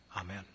Amen